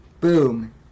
Boom